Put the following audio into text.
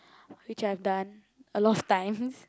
which I have done a lot of times